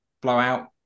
Blowout